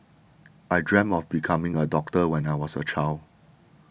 I dreamt of becoming a doctor when I was a child